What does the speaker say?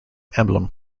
emblem